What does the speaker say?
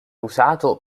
usato